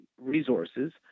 resources